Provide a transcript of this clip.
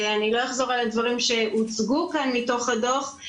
אני לא אחזור על הדברים שהוצגו כאן מתוך הדוח,